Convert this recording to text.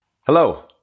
Hello